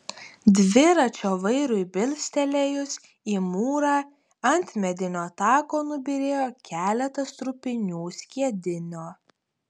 dviračio vairui bilstelėjus į mūrą ant medinio tako nubyrėjo keletas trupinių skiedinio